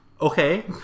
Okay